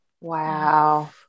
Wow